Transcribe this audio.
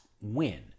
win